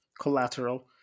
Collateral